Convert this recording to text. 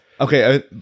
Okay